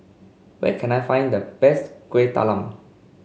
where can I find the best Kueh Talam